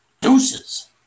Deuces